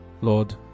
Lord